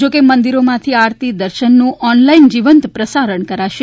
જોકે મંદિરોમાંથી આરતી દર્શનનું ઓનલાઈન જીવંત પ્રસારણ કરાશે